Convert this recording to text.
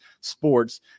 sports